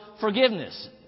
forgiveness